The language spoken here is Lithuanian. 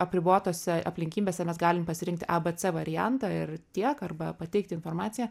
apribotose aplinkybėse mes galim pasirinkti a b c variantą ir tiek arba pateikti informaciją